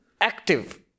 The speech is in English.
active